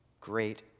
Great